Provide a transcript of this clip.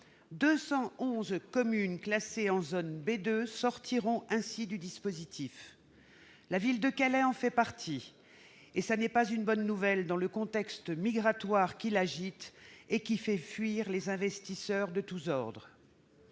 211 communes classées en zone B2 sortiront du dispositif. La ville de Calais en fait partie, et ce n'est pas une bonne nouvelle dans le contexte migratoire qui l'agite et qui fait fuir les investisseurs de tous ordres.